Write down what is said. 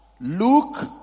Luke